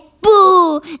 boo